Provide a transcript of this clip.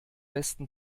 besten